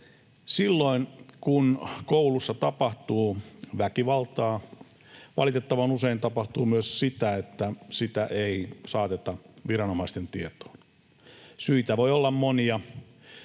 Silloin kun koulussa tapahtuu väkivaltaa, valitettavan usein tapahtuu myös sitä, että sitä ei saateta viranomaisten tietoon. Syitä voi olla monia,